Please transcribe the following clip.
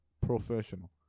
Professional